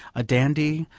a dandy,